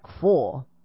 four